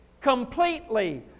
completely